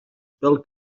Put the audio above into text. pel